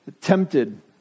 tempted